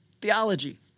Theology